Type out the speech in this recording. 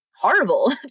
horrible